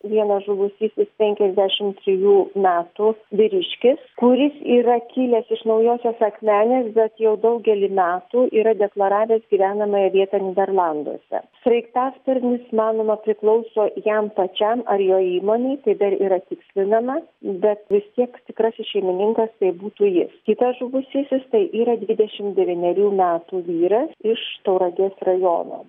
vienas žuvusysis penkiasdešimt trijų metų vyriškis kuris yra kilęs iš naujosios akmenės bet jau daugelį metų yra deklaravęs gyvenamąją vietą nyderlanduose sraigtasparnis manoma priklauso jam pačiam ar jo įmonei tai dar yra tikslinama bet vis tiek tikrasis šeimininkas tai būtų jis kitas žuvusysis tai yra dvidešim devynerių metų vyras iš tauragės rajono